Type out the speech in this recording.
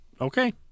Okay